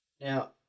Now